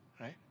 Right